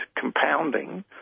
compounding